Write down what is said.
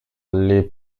les